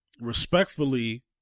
respectfully